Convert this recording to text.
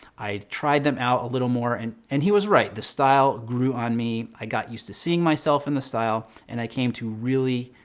i tried them out a little more and, and he was right. the style grew on me. i got used to seeing myself in the style. and i came to really,